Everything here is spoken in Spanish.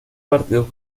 partido